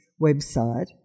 website